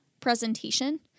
presentation